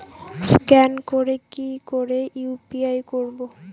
Scan করে কি করে ইউ.পি.আই করবো?